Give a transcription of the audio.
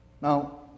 Now